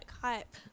hype